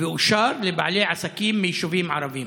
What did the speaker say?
ואושר לבעלי עסקים מיישובים ערביים?